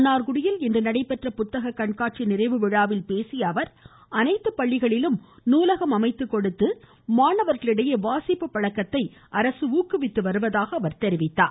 மன்னார்குடியில் இன்று நடைபெற்ற புத்தக கண்காட்சி நிறைவு விழாவில் பேசியஅவர் அனைத்துப் பள்ளிகளிலும் நூலகம் அமைத்துக் கொடுத்து மாணவர்களிடையே வாசிப்பு பழக்கத்தை அரசு ஏற்படுத்தி வருவதாக கூறினார்